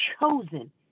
chosen